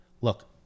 look